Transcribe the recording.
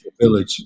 village